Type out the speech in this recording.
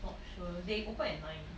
not sure they open at nine